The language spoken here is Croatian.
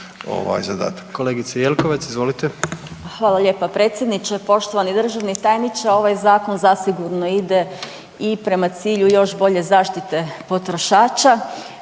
izvolite. **Jelkovac, Marija (HDZ)** Hvala lijepa predsjedniče. Poštovani državni tajniče. Ovaj zakon zasigurno ide i prema cilju još bolje zaštite potrošača